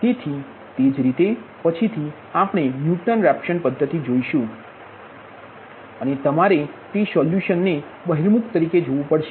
તેથી તે જ રીતે પછીથી આપણે ન્યુટન રેફસન પદ્ધતિ શોધીશું અને તમારે તે સોલ્યુશનને બહિર્મુખ તરીકે જોવું પડશે